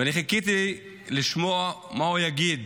חיכיתי לשמוע מה הוא יגיד